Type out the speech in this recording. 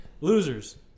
Losers